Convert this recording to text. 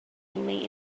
finally